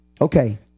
Okay